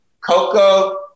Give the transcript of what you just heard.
Coco